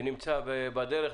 נמצא בדרך,